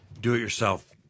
do-it-yourself